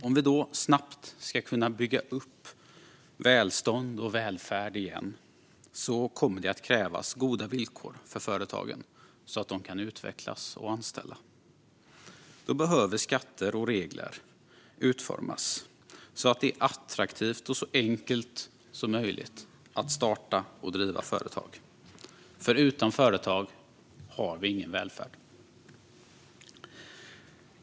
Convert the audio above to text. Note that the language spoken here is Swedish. Om vi då snabbt ska kunna bygga upp välstånd och välfärd igen kommer det att krävas goda villkor för företagen så att de kan utvecklas och anställa. Då behöver skatter och regler utformas så att det är attraktivt och så enkelt som möjligt att starta och driva företag, för utan företag har vi ingen välfärd.